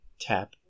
tap